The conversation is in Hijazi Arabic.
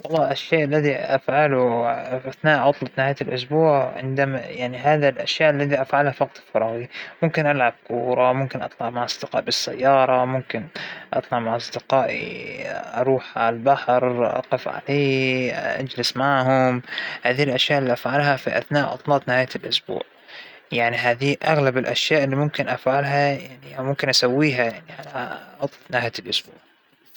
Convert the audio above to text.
أفضل الإحتفال بعيد مولدى مع أهلى وأصدقائى عيلتى الصغيرة عموماً، مأبى يكون شى صاخب أو شى كبير، أفضل تكون شى حفلة صغيرة، اا- مع الأشخاص القريبين من جلبى، اللى ما فينى أكمل حياتى بلاهم بس، ومأبى بهرجة ولا حفلة كبيرة أبداً.